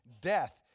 death